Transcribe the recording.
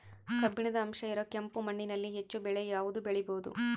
ಕಬ್ಬಿಣದ ಅಂಶ ಇರೋ ಕೆಂಪು ಮಣ್ಣಿನಲ್ಲಿ ಹೆಚ್ಚು ಬೆಳೆ ಯಾವುದು ಬೆಳಿಬೋದು?